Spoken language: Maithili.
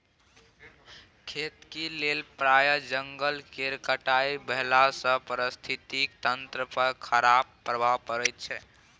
खेतीक लेल प्राय जंगल केर कटाई भेलासँ पारिस्थितिकी तंत्र पर खराप प्रभाव पड़ैत छै